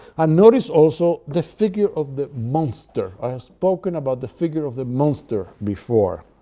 and notice also the figure of the monster i have spoken about the figure of the monster before,